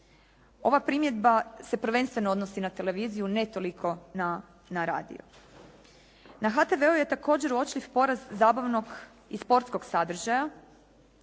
Ova primjedba se prvenstveno odnosi na televiziju, ne toliko na radio. Na HTV-u je također uočljiv porast zabavnog i sportskog sadržaja.